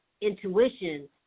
intuition